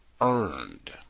earned